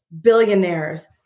billionaires